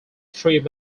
three